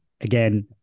again